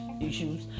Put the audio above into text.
issues